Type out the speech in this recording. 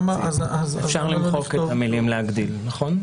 אפשר למחוק את המילה "להגדיל", נכון?